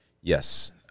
Yes